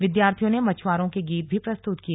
विद्यार्थियों ने मछुआरों के गीत भी प्रस्तुत किए